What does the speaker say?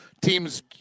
teams